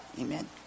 Amen